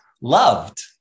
loved